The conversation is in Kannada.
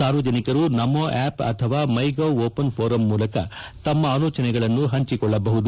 ಸಾರ್ವಜನಿಕರು ನಮೋ ಆಪ್ ಅಥವಾ ಮೈ ಗೌ ಓಪನ್ ಫೋರಮ್ ಮೂಲಕ ತಮ್ಮ ಆಲೋಚನೆಗಳನ್ನು ಹಂಚಿಕೊಳ್ಳಬಹುದಾಗಿದೆ